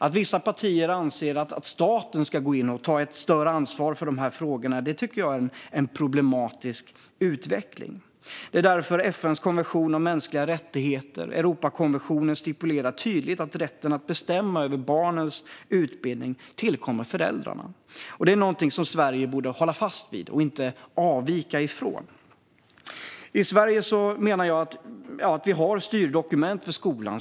Att vissa partier anser att staten ska gå in och ta ett större ansvar för de frågorna tycker jag är en problematisk utveckling. Det är därför FN:s konvention om mänskliga rättigheter och Europakonventionen tydligt stipulerar att rätten att bestämma över barnens utbildning tillkommer föräldrarna. Det är någonting som Sverige borde hålla fast vid och inte avvika från. Jag menar att vi i Sverige har styrdokument för skolan.